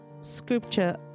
scripture